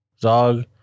Zog